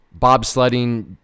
bobsledding